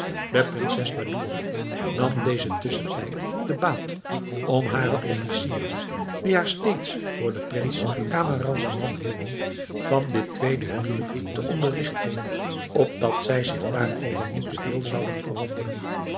de prinses badoura nam dezen tusschentijd te baat om hare officieren die haar steeds voor den prins camaralzaman hielden van dit tweede huwelijk te onderrigten opdat zij zich daarover niet te veel zouden verwonderen